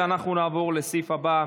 אנחנו נעבור לסעיף הבא בסדר-היום,